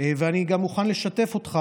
ואני גם מוכן לשתף אותך.